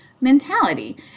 mentality